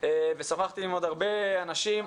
ושוחחתי עם עוד הרבה אנשים.